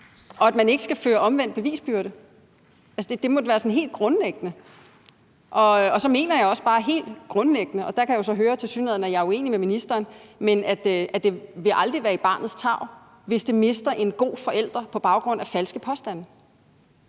og at man ikke skal føre omvendt bevisbyrde. Det må da være sådan helt grundlæggende. Så mener jeg også bare helt grundlæggende – der kan jeg jo så høre, at jeg tilsyneladende er uenig med ministeren – at det aldrig vil være i barnets tarv, hvis det mister en god forælder på baggrund af falske påstande.